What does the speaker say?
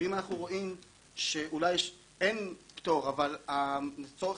ואם אנחנו רואים שאולי אין פטור אבל לצורך